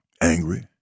angry